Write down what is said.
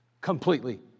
completely